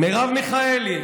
מרב מיכאלי,